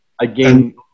Again